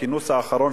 בכינוס האחרון,